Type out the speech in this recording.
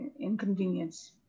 inconvenience